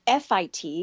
FIT